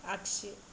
आगसि